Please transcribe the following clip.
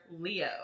Leo